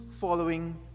following